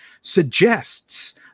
suggests